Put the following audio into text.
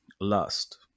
lust